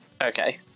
okay